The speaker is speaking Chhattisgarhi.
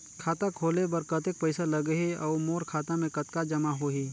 खाता खोले बर कतेक पइसा लगही? अउ मोर खाता मे कतका जमा होही?